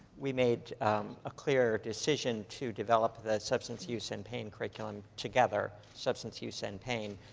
we made a clear decision to develop the substance use and pain curriculum together substance use and pain.